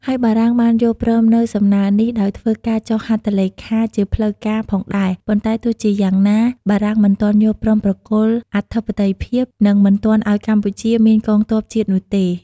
ហើយបារាំងបានយល់ព្រមនូវសំណើរនេះដោយធ្វើការចុះនូវហត្ថលេខាជាផ្លូវការណ៍ផងដែរ ប៉ុន្តែទោះជាយ៉ាងណា បារាំងមិនទាន់យល់ព្រមប្រគល់អធិបតេយ្យភាព និង មិនទាន់ឱ្យកម្ពុជាមានកងទ័ពជាតិនោះទេ ។